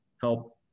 help